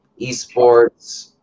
eSports